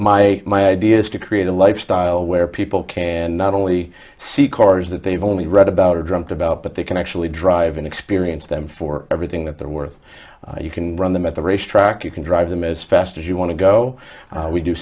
my my idea is to create a lifestyle where people can not only see cars that they've only read about or dreamt about but they can actually drive and experience them for everything that they're worth you can run them at the racetrack you can drive them as fast as you want to go we do